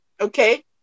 Okay